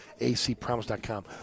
acpromise.com